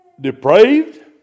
depraved